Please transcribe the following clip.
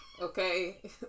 Okay